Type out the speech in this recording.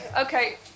Okay